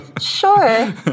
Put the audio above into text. Sure